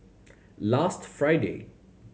last Friday